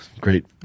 great